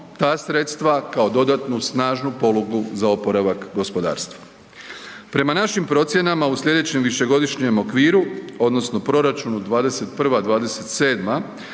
ta sredstva kao dodatnu snažnu polugu za oporavak gospodarstva. Prema našim procjenama u sljedećem višegodišnjem okviru odnosno proračunu 2021.-2027.